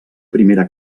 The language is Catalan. primera